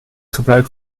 gebruik